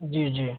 जी जी